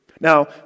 now